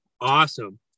awesome